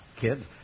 kids